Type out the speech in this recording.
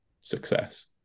success